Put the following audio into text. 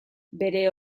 bere